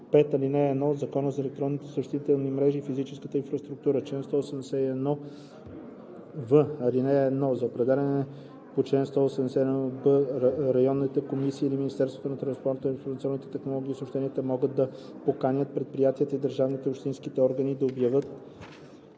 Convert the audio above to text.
5, ал. 1 от Закона за електронните съобщителни мрежи и физическа инфраструктура. Чл. 181в. (1) За определените по чл. 181б райони комисията или Министерството на транспорта, информационните технологии и съобщенията могат да поканят предприятията и държавните и общинските органи да обявят